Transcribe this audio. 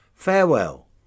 Farewell